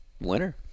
Winner